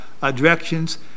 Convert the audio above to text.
directions